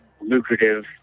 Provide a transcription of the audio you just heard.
lucrative